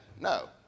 no